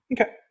Okay